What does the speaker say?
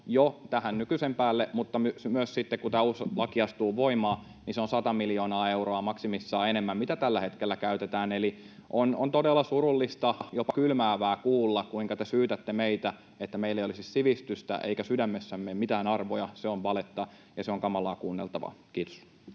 jo tähän nykyisen päälle, mutta myös sitten, kun tämä uusi laki astuu voimaan, se on 100 miljoonaa euroa maksimissaan enemmän kuin tällä hetkellä käytetään. Eli on todella surullista, jopa kylmäävää kuulla, kuinka te syytätte meitä, että meillä ei olisi sivistystä eikä sydämessämme mitään arvoja. Se on valetta, ja se on kamalaa kuunneltavaa. — Kiitos.